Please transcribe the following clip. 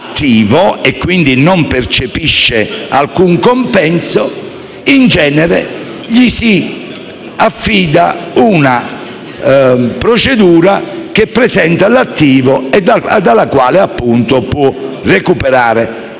per cui non percepisce alcun compenso, in genere gli si affida un'altra procedura che presenta l'attivo e dalla quale può recuperare